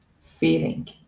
feeling